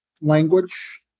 language